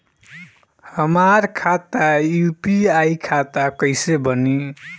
हमार खाता यू.पी.आई खाता कईसे बनी?